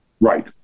Right